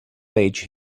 page